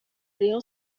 rayon